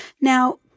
Now